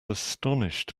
astonished